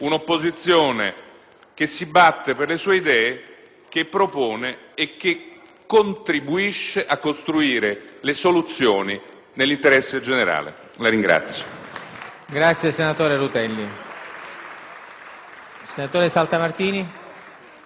che si batte per le sue idee, che propone e che contribuisce a costruire le soluzioni nell'interesse generale. *(Applausi